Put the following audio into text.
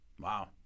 Wow